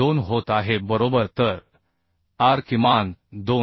02 होत आहे बरोबर तर R किमान 2